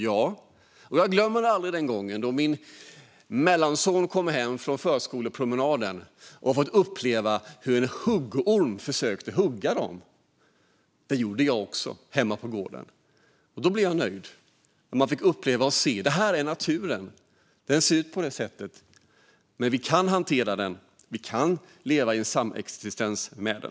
Jag glömmer aldrig när min mellanson kom hem och berättade att han på förskolepromenaden sett en huggorm gå till anfall. Det såg jag också hemma på gården. Det gladde mig att han fick uppleva naturen på detta sätt. Vi kan dock hantera naturen och leva i samexistens med den.